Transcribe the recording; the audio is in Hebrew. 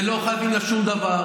ולא חייבים לה שום דבר.